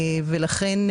ולכן,